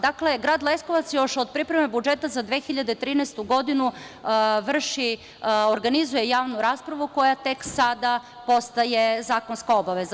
Dakle, grad Leskovac još od pripreme budžeta za 2013. godinu organizuje javnu raspravu, koja tek sada postaje zakonska obaveza.